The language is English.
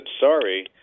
Sorry